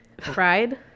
Fried